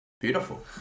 Beautiful